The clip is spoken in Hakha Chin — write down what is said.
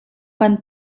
kan